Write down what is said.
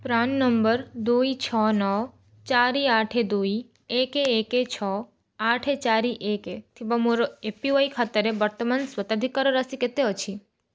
PRAN number ଦୁଇ ଛଅ ନଅ ଚାରି ଆଠ ଦୁଇ ଏକ ଏକ ଛଅ ଆଠ ଚାରି ଏକ ଥିବା ମୋର ଏ ପି ୱାଇ ଖାତାରେ ବର୍ତ୍ତମାନ ସ୍ୱତ୍ୱାଧିକାର ରାଶି କେତେ ଅଛି